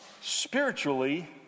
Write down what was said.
spiritually